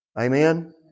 Amen